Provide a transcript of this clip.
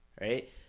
right